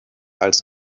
als